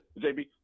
JB